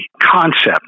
concept